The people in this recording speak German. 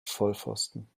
vollpfosten